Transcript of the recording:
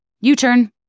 U-turn